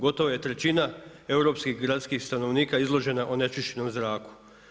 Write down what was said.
Gotovo je trećina europskih gradskih stanovnika izložena onečišćenom zraku.